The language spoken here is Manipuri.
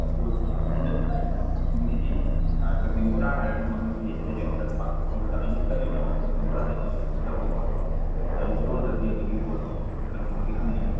ꯑꯗꯣ ꯑꯩꯅ ꯇꯥꯕꯗ ꯀꯛꯆꯤꯡꯒꯤꯗꯤ ꯀꯛꯆꯤꯡ ꯕꯣꯔꯥ ꯍꯥꯏꯔꯒ ꯃꯃꯤꯡꯁꯦ ꯍꯦꯛ ꯍꯦꯛ ꯆꯠꯄ ꯑꯗꯨꯗ ꯑꯩꯅ ꯀꯔꯤꯅꯣ ꯀꯛꯆꯤꯡ ꯕꯣꯔꯥ ꯍꯥꯏꯁꯤꯁꯨ ꯈꯪꯗꯕꯀꯣ ꯑꯗ ꯑꯩ ꯕ꯭ꯔꯣꯗꯒꯤ ꯑꯗꯨꯒꯤ ꯄꯣꯠꯇꯣ ꯈꯪꯅꯤꯡꯕꯒꯤ ꯍꯪꯉꯛꯏꯅꯤ